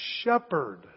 shepherd